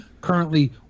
currently